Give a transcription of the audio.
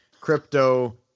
crypto